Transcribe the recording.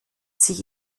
sich